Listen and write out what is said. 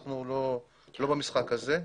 אנחנו לא במשחק הזה.